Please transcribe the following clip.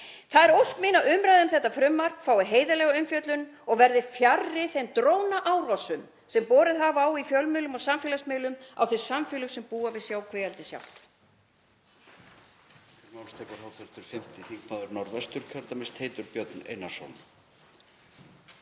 Það er ósk mín að umræða um þetta frumvarp fái heiðarlega umfjöllun og verði fjarri þeim drónaárásum sem borið hefur á í fjölmiðlum og samfélagsmiðlum á þau samfélög sem búa við sjókvíaeldið sjálft.